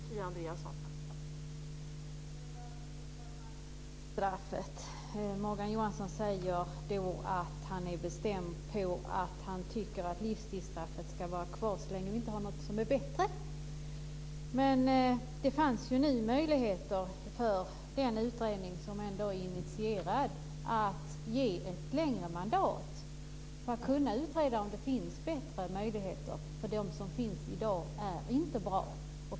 Fru talman! Det gäller livstidsstraffet. Morgan Johansson säger att han är bestämd om att livtidsstraffet ska vara kvar så länge vi inte har något som är bättre. Det fanns nu möjligheter för den utredning som ändå initierats att få ett längre mandat för att kunna utreda om det finns bättre möjligheter. De som finns i dag är inte bra.